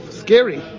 scary